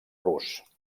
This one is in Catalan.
rus